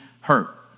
hurt